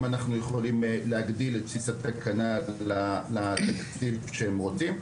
אנחנו יכולים באיזו שהיא דרך להגדיל את בסיס התקנה לתקציב אותו הם מבקשים.